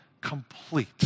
complete